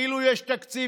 כאילו יש תקציב,